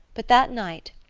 but that night,